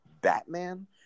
Batman